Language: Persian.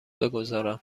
بگذارم